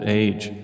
age